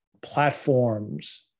platforms